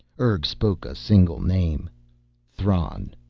urg spoke a single name thran.